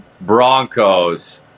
Broncos